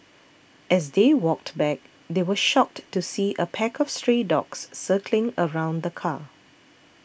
as they walked back they were shocked to see a pack of stray dogs circling around the car